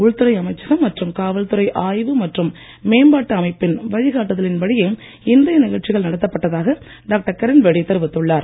உள்துறை அமைச்சகம் மற்றும் காவல்துறை ஆய்வு மற்றும் மேம்பாட்டு அமைப்பின் வழிகாட்டுதலின் படியே இன்றைய நிகழ்ச்சிகள் நடத்தப்பட்டதாக டாக்டர் கிரண்பேடி தெரிவித்துள்ளார்